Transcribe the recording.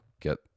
get